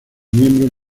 miembros